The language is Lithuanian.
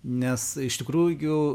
nes iš tikrųjų